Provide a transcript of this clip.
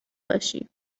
باشی